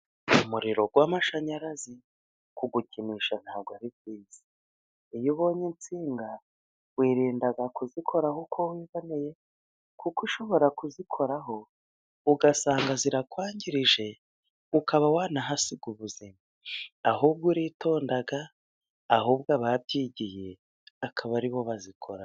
Umuriro w'amashanyarazi kuwukinisha ntabwo ari byiza, iyo ubonye insinga wirinda kuzikoraho uko wiboneye kuko ushobora kuzikoraho ugasanga zirakwangirije ukaba wanahasiga ubuzima, ahubwo uritonda ahubwo ababyigiye akaba ari bo bazikoraho.